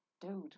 dude